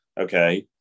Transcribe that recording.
Okay